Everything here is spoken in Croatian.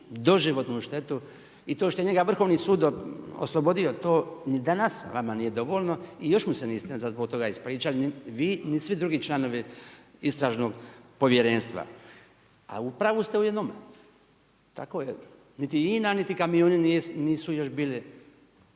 doživotnu štetu i to što je njega Vrhovni sud oslobodio to ni danas vama nije dovoljno i još mu se niste zbog toga ispričali ni vi, ni svi drugi članovi istražnog povjerenstva. A u pravu ste u jednome, niti INA, niti kamioni nisu još bili